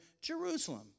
Jerusalem